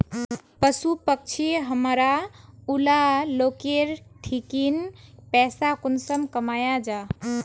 पशु पक्षी हमरा ऊला लोकेर ठिकिन पैसा कुंसम कमाया जा?